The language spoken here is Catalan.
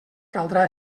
caldrà